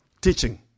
teaching